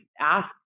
ask